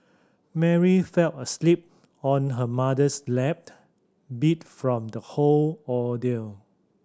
Mary fell asleep on her mother's lap beat from the whole ordeal